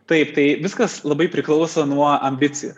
taip tai viskas labai priklauso nuo ambicijų